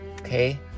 okay